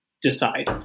decide